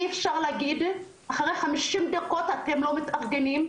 אי אפשר להגיד אחרי חמישים דקות, אתם לא מתארגנים,